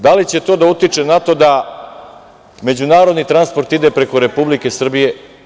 Da li će to da utiče na to da međunarodni transport ide preko Republike Srbije?